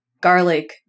garlic